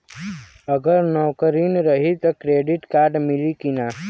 अगर नौकरीन रही त क्रेडिट कार्ड मिली कि ना?